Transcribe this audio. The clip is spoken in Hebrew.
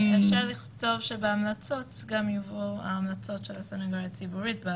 אפשר לכתוב שבהמלצות גם יבואו ההמלצות של הסנגוריה הציבורית.